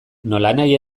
nolanahi